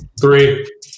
Three